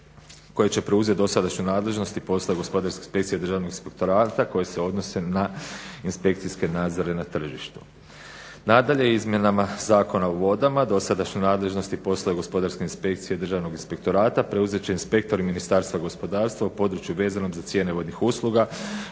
koje će preuzet dosadašnju nadležnost i postat Gospodarska inspekcija Državnog inspektorata koje se odnose na inspekcijske nadzore na tržištu. Nadalje, izmjenama Zakona o vodama dosadašnju nadležnost i poslove Gospodarske inspekcije Državnog inspektorata preuzet će inspektori Ministarstva gospodarstva u području vezanom za cijene vodnih usluga,